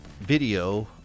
video